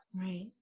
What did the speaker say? Right